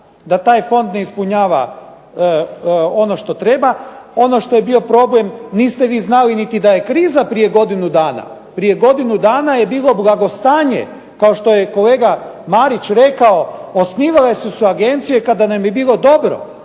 da taj fond ne ispunjava ono što treba. Ono što je bio problem, niste vi znali niti da je kriza prije godinu dana. Prije godinu dana je bilo blagostanje, kao što je kolega Marić rekao, osnivale su se agencije kada nam je bilo dobro.